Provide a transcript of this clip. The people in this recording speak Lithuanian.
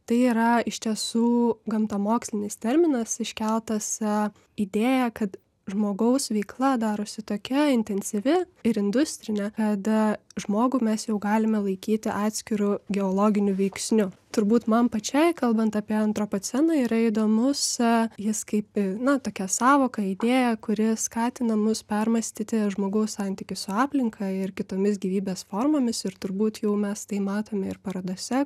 tai yra iš tiesų gamtamokslinis terminas iškeltas idėja kad žmogaus veikla darosi tokia intensyvi ir industrine kada žmogų mes jau galime laikyti atskiru geologiniu veiksniu turbūt man pačiai kalbant apie antropoceną yra įdomus jis kaip na tokia sąvoka idėja kuri skatina mus permąstyti žmogaus santykį su aplinka ir kitomis gyvybės formomis ir turbūt jau mes tai matome ir parodose